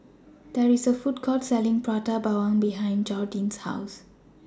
There IS A Food Court Selling Prata Bawang behind Jordyn's House